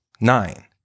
nine